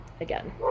again